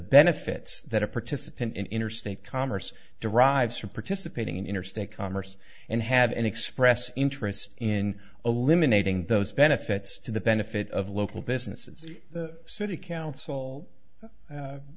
benefits that a participant in interstate commerce derives from participating in interstate commerce and had an express interest in eliminating those benefits to the benefit of local businesses the city council